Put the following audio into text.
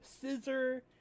scissor